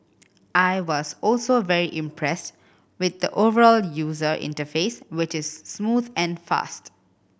I was also very impressed with the overall user interface which is smooth and fast